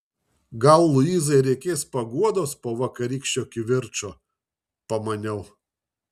gal luizai reikės paguodos po vakarykščio kivirčo pamaniau